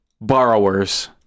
borrowers